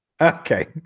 Okay